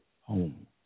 home